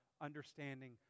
understanding